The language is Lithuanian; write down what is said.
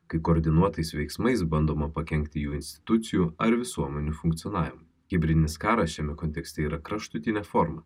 kai koordinuotais veiksmais bandoma pakenkti jų institucijų ar visuomenių funkcionavimo hibridinis karas šiame kontekste yra kraštutinė forma